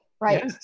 right